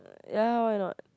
ya why know